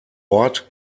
ort